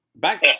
back